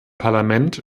parlament